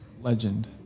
Legend